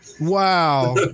Wow